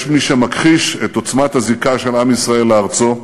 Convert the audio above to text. יש מי שמכחיש את עוצמת הזיקה של עם ישראל לארצו,